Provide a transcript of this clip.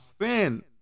sin